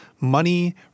money